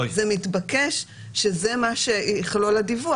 זה מתבקש שזה מה שיכלול הדיווח,